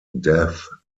death